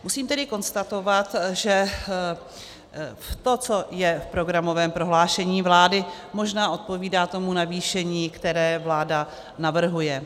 Musím tedy konstatovat, že to, co je v programovém prohlášení vlády, možná odpovídá tomu navýšení, které vláda navrhuje.